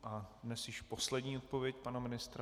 A dnes již poslední odpověď pana ministra.